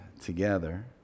together